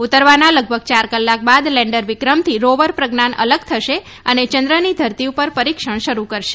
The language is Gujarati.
ઉતરવાના લગભગ યાર કલાક બાદ લેન્ડર વિક્રમથી રોવર પ્રજ્ઞાન અલગ થશે અને ચંદ્રની ધરતી પર પરીક્ષણ શરૂ કરશે